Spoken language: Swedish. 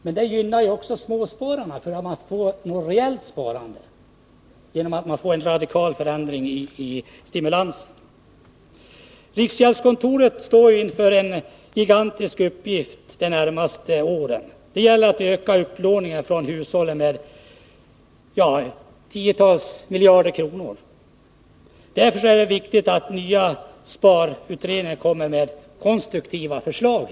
Men det gynnar småspararna att få ett reellt sparande genom en radikal förändring i stimulansen. Riksgäldskontoret står inför en gigantisk uppgift de närmaste åren. Det gäller att öka upplåningen från hushållen med tiotals miljarder kronor. Därför är det viktigt att den nya sparutredningen kommer med konstruktiva förslag.